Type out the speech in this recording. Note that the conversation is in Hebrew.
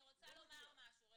אני רוצה לומר משהו --- עכשיו,